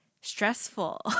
stressful